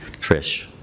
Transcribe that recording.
Trish